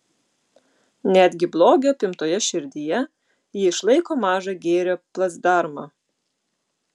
netgi blogio apimtoje širdyje ji išlaiko mažą gėrio placdarmą